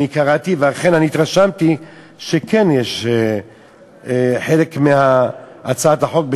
אני קראתי ואכן אני התרשמתי שכן יש חלק מהצעת החוק,